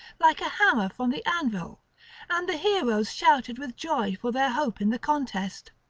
like a hammer from the anvil and the heroes shouted with joy for their hope in the contest.